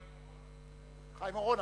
הוא חיים אורון.